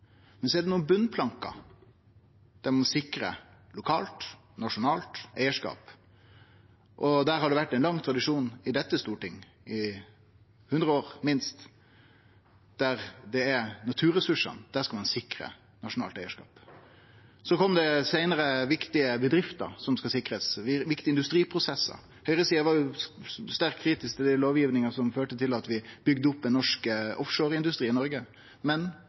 det er nokre botnplankar der ein må sikre lokalt, nasjonalt eigarskap, og det har vore ein lang tradisjon i dette storting, i 100 år minst, for å sikre nasjonalt eigarskap til naturressursane. Seinare kom det viktige bedrifter som skulle sikrast, viktige industriprosessar. Høgresida var sterkt kritisk til den lovgivinga som førte til at vi bygde opp ein norsk offshoreindustri i Noreg, men